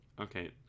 Okay